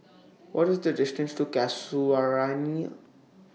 What IS The distance to Casuarina